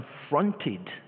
confronted